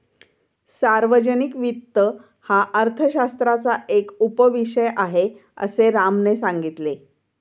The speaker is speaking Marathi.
सार्वजनिक वित्त हा अर्थशास्त्राचा एक उपविषय आहे, असे रामने सांगितले